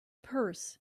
purse